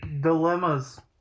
Dilemmas